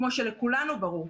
כמו שלכולנו ברור,